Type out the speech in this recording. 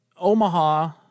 Omaha